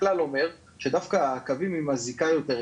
הכלל אומר שדווקא הקווים עם הזיקה יותר,